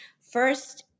First